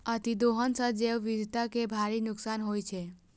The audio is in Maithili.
अतिदोहन सं जैव विविधता कें भारी नुकसान होइ छै